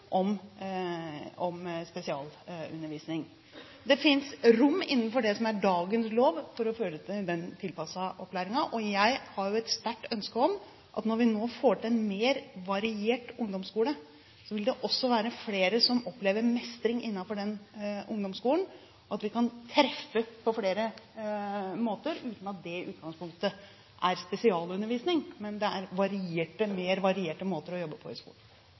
om spesialundervisning. Det finnes rom innenfor det som er dagens lov for å få til den tilpassede opplæringen. Jeg har et sterkt ønske om at når vi nå får til en mer variert ungdomsskole, vil det også være flere som opplever mestring innenfor den ungdomsskolen, og at vi kan treffe på flere måter – uten at det i utgangspunktet er spesialundervisning, men mer varierte måter å jobbe på i skolen.